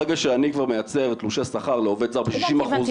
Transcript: ברגע שאני כבר מייצר תלושי שכר לעובד זר ב-60 אחוז,